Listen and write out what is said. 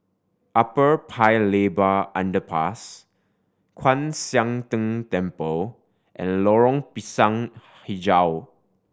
Upper Paya Lebar Underpass Kwan Siang Tng Temple and Lorong Pisang Hijau